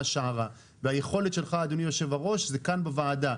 שערה והיכולת שלך אדוני היושב ראש זה כאן בוועדה,